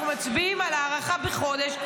אנחנו מצביעים על הארכה בחודש.